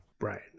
Right